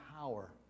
power